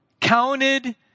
counted